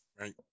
right